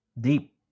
Deep